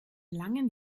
langen